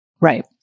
right